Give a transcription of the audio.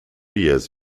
years